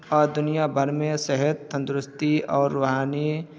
اور دنیا بھر میں صحت تندرستی اور روحانی